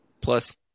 Plus